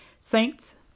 saints